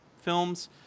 films